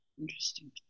Interesting